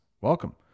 Welcome